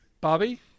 bobby